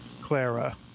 Clara